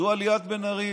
מדוע ליאת בן-ארי